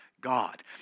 God